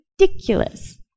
ridiculous